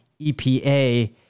EPA